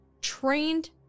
trained